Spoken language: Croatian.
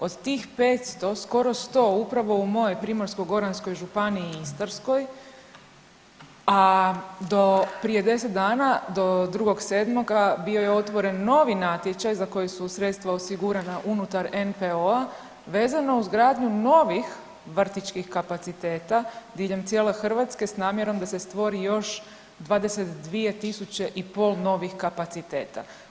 Od tih 500 skoro 100 upravo u mojoj Primorsko-goranskoj županiji i Istarskoj, a do prije 10 dana do 2.7. bio je otvoren novi natječaj za koji su sredstva osigurana unutar NPO-a vezano uz gradnju novih vrtićkih kapaciteta diljem cijele Hrvatske s namjerom da se stvori još 22.500 novih kapaciteta.